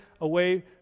away